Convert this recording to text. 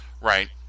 Right